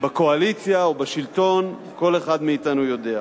בקואליציה ובשלטון, כל אחד מאתנו יודע.